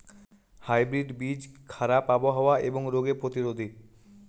hybrid বীজ খারাপ আবহাওয়া এবং রোগে প্রতিরোধী